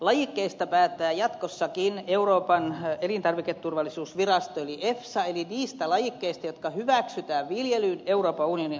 lajikkeista päättää jatkossakin euroopan elintarviketurvallisuusvirasto eli efsa eli niistä lajikkeista jotka hyväksytään viljelyyn euroopan unionin alueella